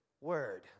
word